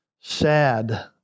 sad